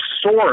source